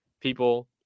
people